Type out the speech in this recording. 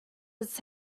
its